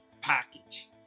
package